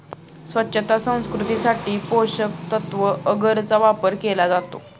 स्वच्छता संस्कृतीसाठी पोषकतत्त्व अगरचा वापर केला जातो